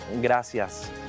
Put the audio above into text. Gracias